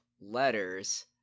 letters